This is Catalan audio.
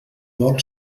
vol